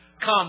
Come